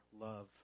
love